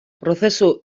prozesu